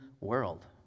world